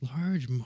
Large